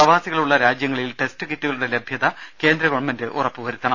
പ്രവാസികൾ ഉള്ള രാജ്യങ്ങളിൽ ടെസ്റ്റ് കിറ്റുകളുടെ ലഭ്യത കേന്ദ്ര ഗവൺമെന്റ് ഉറപ്പ് വരുത്തണം